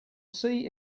see